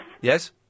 Yes